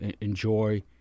enjoy